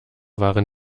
waren